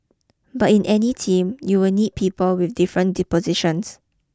but in any team you will need people with different dispositions